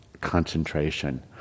concentration